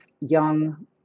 young